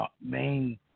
main